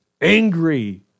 angry